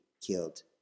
killed